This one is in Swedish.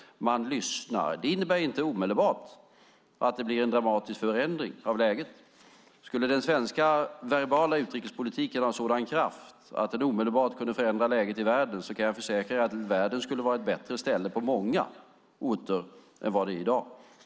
Man lyssnar. Det innebär inte att det omedelbart blir en dramatisk förändring av läget. Skulle den svenska verbala utrikespolitiken ha en sådan kraft att den omedelbart kunde förändra läget i världen kan jag försäkra er att världen skulle vara ett bättre ställe på många orter än vad den är i dag.